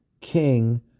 King